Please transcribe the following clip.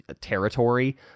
territory